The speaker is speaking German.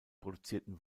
produzierten